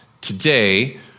today